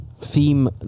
theme